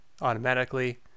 automatically